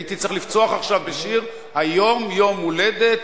הייתי צריך לפצוח עכשיו בשיר "היום יום הולדת"